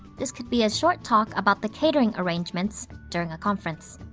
this could be a short talk about the catering arrangements during a conference.